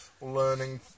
learning